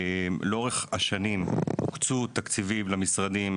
לאורך השנים הוקצו תקציבים למשרדים.